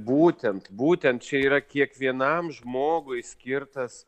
būtent būtent čia yra kiekvienam žmogui skirtas